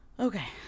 Okay